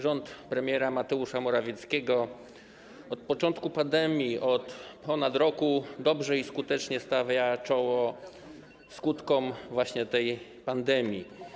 Rząd premiera Mateusza Morawieckiego od początku pandemii, od ponad roku dobrze i skutecznie stawia czoło skutkom tej pandemii.